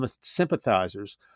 sympathizers